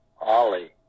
Ollie